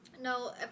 No